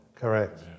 Correct